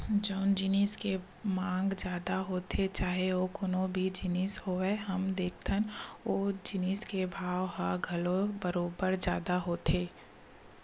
जउन जिनिस के मांग जादा होथे चाहे ओ कोनो भी जिनिस होवय हमन देखथन ओ जिनिस के भाव ह घलो बरोबर जादा होथे